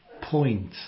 point